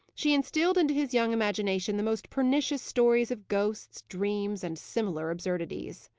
she instilled into his young imagination the most pernicious stories of ghosts, dreams, and similar absurdities.